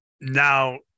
now